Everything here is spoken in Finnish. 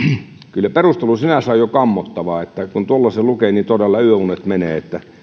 kyllä perustelu sinänsä on jo kammottava kun tuollaisen lukee niin todella yöunet menee